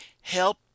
help